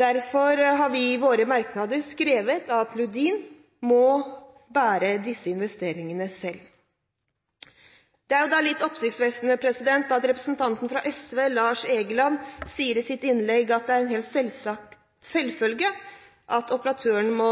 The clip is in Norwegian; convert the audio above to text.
Derfor har vi i våre merknader skrevet at Lundin må bære disse investeringene selv. Det er litt oppsiktsvekkende at representanten fra SV, Lars Egeland, sier i sitt innlegg at det er en selvfølge at operatøren må